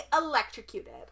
electrocuted